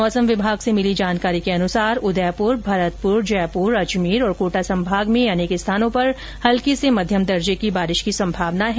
मौसम विभाग से मिली जानकारी के अनुसार उदयपुर भरतपुर जयपुर अजमेर और कोटा संभाग में अनेक स्थानों पर हल्की से मध्यम दर्जे की बारिश होने की संभावना है